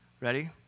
Ready